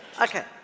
Okay